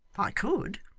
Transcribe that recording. i could.